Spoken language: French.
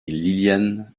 lillian